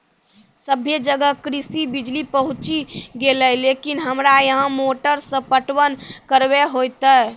सबे जगह कृषि बिज़ली पहुंची गेलै लेकिन हमरा यहाँ मोटर से पटवन कबे होतय?